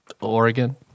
Oregon